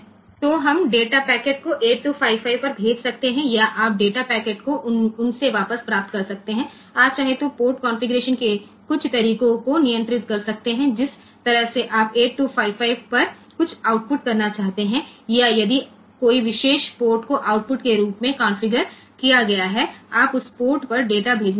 तो हम data packet को 8255 पर भेज सकते हैं या आप डेटा पैकेट को उनसे वापस प्राप्त कर सकते हैं आप चाहें तो पोर्ट कॉन्फ़िगरेशन के कुछ तरीकों को नियंत्रित कर सकते हैं जिस तरह से आप 8255 पर कुछ आउटपुट करना चाहते हैं या यदि कोई विशेष पोर्ट को आउटपुट के रूप में कॉन्फ़िगर किया गया है आप उस पोर्ट पर डेटा भेजना चाहते हैं